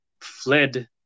fled